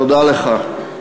תודה לך.